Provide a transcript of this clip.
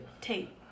tape